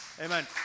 Amen